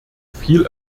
viel